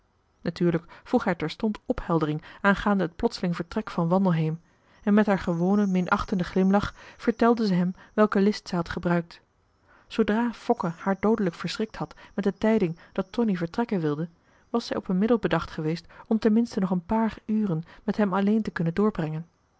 natuurlijk vroeg hij terstond opheldering aangaande het plotseling vertrek van wandelheem en met haar gewonen minachtenden glimlach vertelde zij hem welke list zij had gebruikt zoodra fokke haar doodelijk verschrikt had met de tijding dat tonie vertrekken wilde was zij op een middel bedacht geweest om ten minste nog een paar uren met hem alleen te kunnen doorbrengen